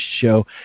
show